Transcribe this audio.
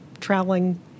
traveling